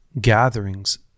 gatherings